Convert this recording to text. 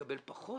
מקבל פחות